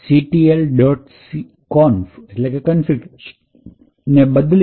conf ને બદલીને